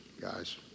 guys